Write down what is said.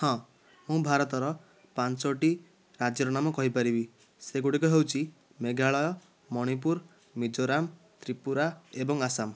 ହଁ ମୁଁ ଭାରତର ପାଞ୍ଚଟି ରାଜ୍ୟର ନାମ କହିପାରିବି ସେଗୁଡ଼ିକ ହେଉଛି ମେଘାଳୟ ମଣିପୁର ମିଜୋରାମ ତ୍ରିପୁରା ଏବଂ ଆସାମ